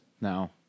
now